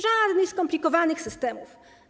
Żadnych skomplikowanych systemów.